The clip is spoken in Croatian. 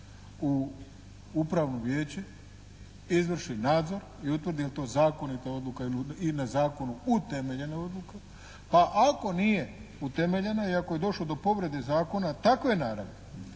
u Upravno vijeće izvrši nadzori utvrdi je li to zakonita odluka i na zakonu utemeljena odluka. Pa ako nije utemeljena i ako je došlo do povrede zakona takve naravi